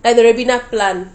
and the ribena plant